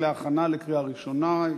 להכנה לקריאה ראשונה.